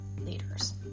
leaders